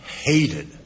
hated